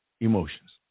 emotions